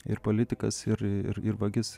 ir politikas ir ir vagis